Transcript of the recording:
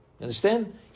understand